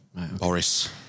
Boris